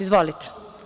Izvolite.